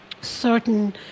Certain